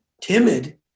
timid